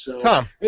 Tom